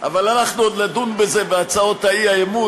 אבל אנחנו עוד נדון בזה בהצעות האי-אמון,